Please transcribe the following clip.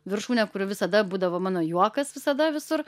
viršūne kurioj visada būdavo mano juokas visada visur